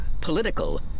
political